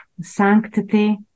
sanctity